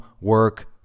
work